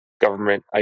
government